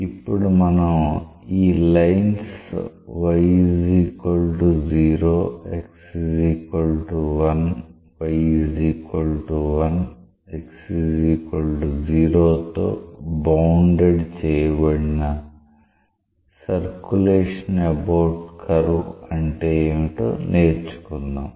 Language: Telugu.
ఇప్పుడు మనం ఈ lines y 0 x1 y1 x0 తో బౌండెడ్ చెయ్యబడిన సర్క్యూలేషన్ అబౌట్ కర్వ్ అంటే ఏమిటో నేర్చుకుందాం